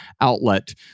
outlet